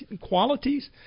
qualities